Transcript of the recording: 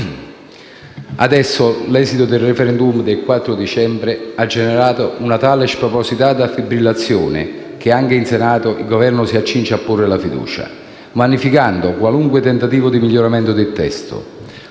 L'esito del *referendum* del 4 dicembre ha adesso generato una tale spropositata fibrillazione che anche in Senato il Governo si accinge a porre la fiducia, vanificando qualunque tentativo di miglioramento del testo.